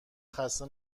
خسته